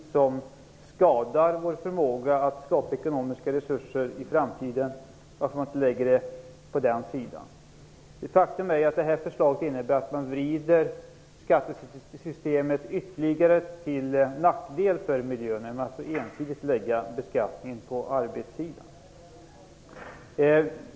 Om man lägger skatter på den sidan skadar man inte vår förmåga att skapa ekonomiska resurser i framtiden. Faktum är att det här förslaget innebär att man vrider skattesystemet ytterligare till nackdel för miljön, när man så ensidigt lägger beskattningen på arbetssidan.